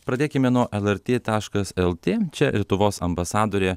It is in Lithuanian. pradėkime nuo lrt taškas lt čia lietuvos ambasadorė